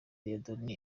dieudoné